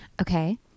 okay